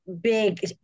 big